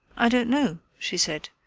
i don't know, she said.